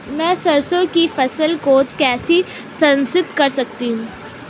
मैं सरसों की फसल को कैसे संरक्षित कर सकता हूँ?